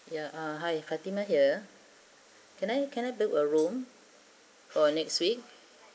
ya ah hi fatimah here can I can I book a room for next week